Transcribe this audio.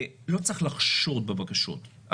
לא צריך לחשוד בבקשות.